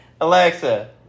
Alexa